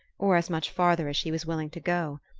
or as much farther as she was willing to go.